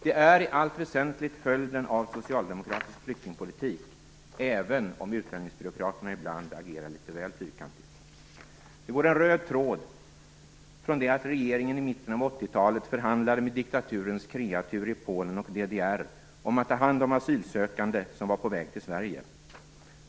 Det är i allt väsentligt följden av socialdemokratisk flyktingpolitik, även om utlänningsbyråkraterna ibland agerar litet väl fyrkantigt. Det går en röd tråd från det att regeringen i mitten av 80-talet förhandlade med diktaturens kreatur i Polen och DDR om att ta hand om asylsökande som var på väg till Sverige.